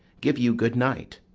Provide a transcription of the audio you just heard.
give you good-night.